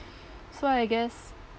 so I guess